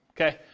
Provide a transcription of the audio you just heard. okay